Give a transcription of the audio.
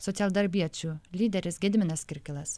socialdarbiečių lyderis gediminas kirkilas